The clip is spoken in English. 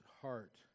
heart